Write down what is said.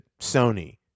Sony